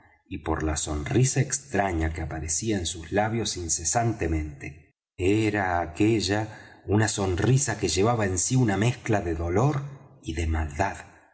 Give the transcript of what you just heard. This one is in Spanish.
y por la sonrisa extraña que aparecía en sus labios incesantemente era aquella una sonrisa que llevaba en sí una mezcla de dolor y